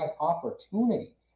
opportunity